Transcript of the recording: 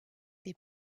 des